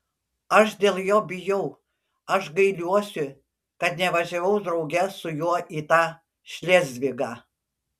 aš dėl jo bijau aš gailiuosi kad nevažiavau drauge su juo į tą šlėzvigą